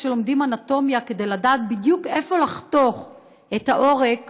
שלומדים אנטומיה כדי לדעת בדיוק איפה לחתוך את העורק